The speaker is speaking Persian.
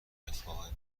رفاه